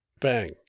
Bang